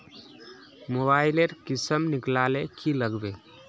Mobile लेर किसम निकलाले की लागबे?